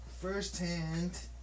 firsthand